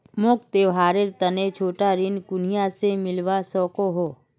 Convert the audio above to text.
मोक त्योहारेर तने छोटा ऋण कुनियाँ से मिलवा सको हो?